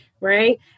Right